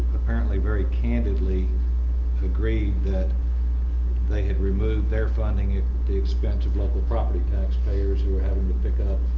apparently very candidly agreed that they had removed their funding at the expense of local property taxpayers who having to pick up